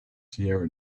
sahara